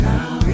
Now